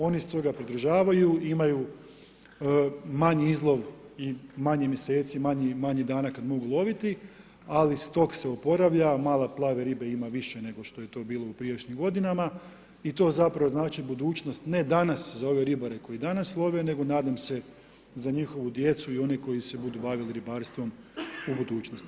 Oni se toga pridržavaju i imaju manji izlov, i manje mjeseci i manje dana kada mogu loviti, ali s tog se oporavljiva, male plave ribe ima više nego što je to bilo u prijašnjim godinama i to zapravo znači budućnost ne danas, za ove ribar koji danas love, nego nadam se za njihovu djecu i one koji se budu bavili ribarstvom u budućnosti.